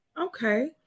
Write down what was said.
Okay